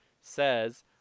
says